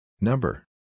Number